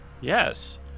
Yes